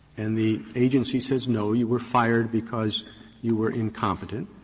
and the agency says, no, you were fired because you were incompetent,